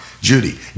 Judy